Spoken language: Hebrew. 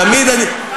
לא,